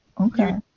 okay